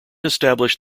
established